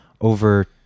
over